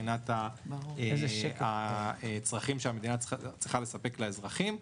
מבחינת הצרכים שהמדינה צריכה לספק לאזרחים.